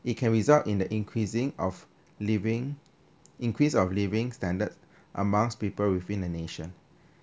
it can result in the increasing of living increase of living standard amongst people within the nation